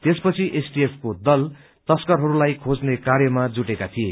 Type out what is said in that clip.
त्यसपछि एसटीएफको दल तस्करहरूलाई खोज्ने कार्यमा जुटका थिए